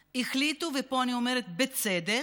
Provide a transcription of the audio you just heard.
שהחליטו, ופה אני אומרת: בצדק,